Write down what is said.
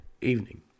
evening